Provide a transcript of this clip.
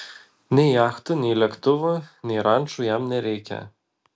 nei jachtų nei lėktuvų nei rančų jam nereikia